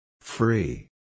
Free